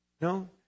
No